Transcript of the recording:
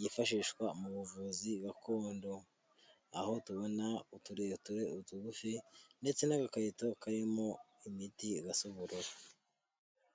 yifashishwa mu buvuzi gakondo aho tubona utureture, utugufi ndetse n'agakayito karimo imiti gasa ubururu.